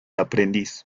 aprendiz